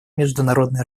международной